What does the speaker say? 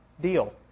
deal